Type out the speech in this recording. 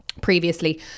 previously